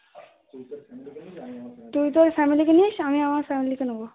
তুই তোর ফ্যামেলিকে নিস আমি আমার ফ্যামেলিকে নেবো